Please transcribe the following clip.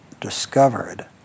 discovered